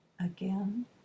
again